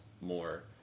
more